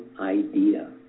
idea